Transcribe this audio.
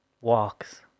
walks